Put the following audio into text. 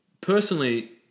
personally